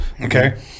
okay